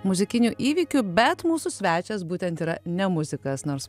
muzikinių įvykių bet mūsų svečias būtent yra ne muzikas nors